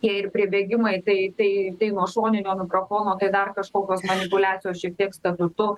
tie ir priebėgimai tai tai tai nuo šoninio mikrofono tai dar kažkokios manipuliacijos šiek tiek statutu